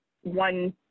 one